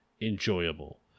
enjoyable